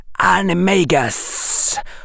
animagus